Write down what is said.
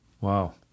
Wow